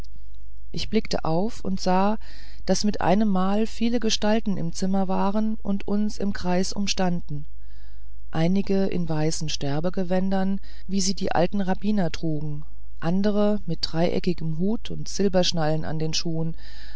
ich blickte auf und sah daß mit einemmal viele gestalten im zimmer waren und uns im kreis umstanden einige in weißen sterbegewändern wie sie die alten rabbiner trugen andere mit dreieckigem hut und silberschnallen an den schuhen